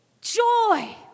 Joy